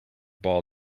ball